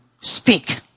speak